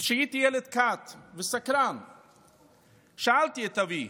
כשהייתי ילד קט וסקרן שאלתי את אבי: